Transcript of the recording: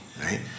right